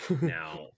now